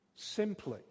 Simply